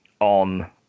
on